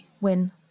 win